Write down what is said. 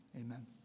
Amen